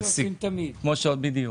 בדיוק,